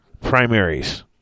primaries